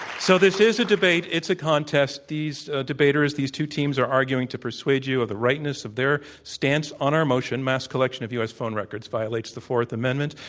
so this is a debate. it's a contest. these debaters, these two teams are arguing to persuade you of the rightness of their stance on our motion, mass collection of u. s. phone records violates the fourth amendment.